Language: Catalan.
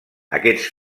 aquests